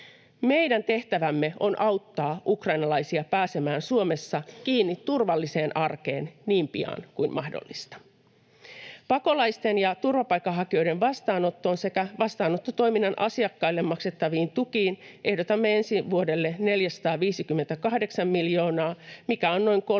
Meidän tehtävämme on auttaa ukrainalaisia pääsemään Suomessa kiinni turvalliseen arkeen niin pian kuin mahdollista. Pakolaisten ja turvapaikanhakijoiden vastaanottoon sekä vastaanottotoiminnan asiakkaille maksettaviin tukiin ehdotamme ensi vuodelle 458 miljoonaa, mikä on noin 365